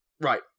Right